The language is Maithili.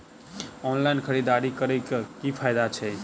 ऑनलाइन खरीददारी करै केँ की फायदा छै?